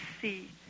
see